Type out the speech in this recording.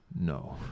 No